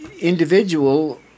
individual